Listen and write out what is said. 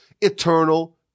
eternal